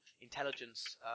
intelligence